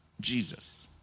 Jesus